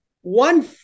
One